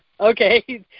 Okay